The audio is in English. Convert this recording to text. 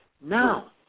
now